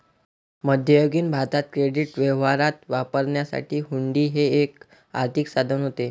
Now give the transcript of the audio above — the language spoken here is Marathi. मध्ययुगीन भारतात क्रेडिट व्यवहारात वापरण्यासाठी हुंडी हे एक आर्थिक साधन होते